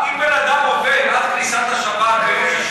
אם בן אדם עובד עד כניסת השבת ביום שישי